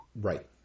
Right